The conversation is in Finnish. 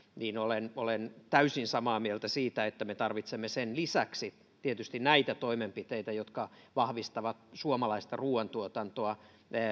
niin olen olen täysin samaa mieltä siitä että me tarvitsemme sen lisäksi tietysti näitä toimenpiteitä jotka vahvistavat suomalaista ruuantuotantoa